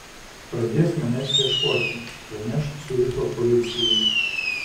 pradės manęs ieškoti praneš ciuricho policijai